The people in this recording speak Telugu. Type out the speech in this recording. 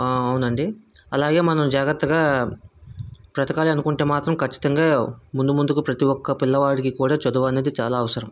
అవునండి అలాగే మనం జాగ్రత్తగా బ్రతకాలి అనుకుంటే మాత్రం ఖచ్చితంగా ముందు ముందుకు ప్రతీ ఒక్క పిల్లవాడికి కూడా చదువు అనేది చాలా అవసరం